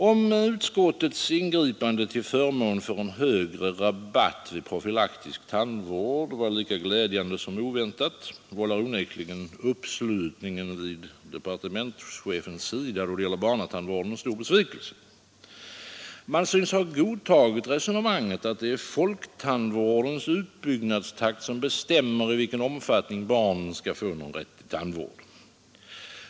Om utskottets ingripande till förmån för en högre rabatt vid profylaktisk tandvård var lika glädjande som oväntat, vållar onekligen uppslutningen vid departementschefens sida, då det gäller barntandvården, stor besvikelse. Man synes ha godtagit resonemanget att det är folktandvårdens utbyggnadstakt som bestämmer i vilken omfattning barnen skall få någon rätt till tandvård.